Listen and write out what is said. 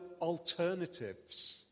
alternatives